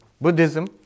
Buddhism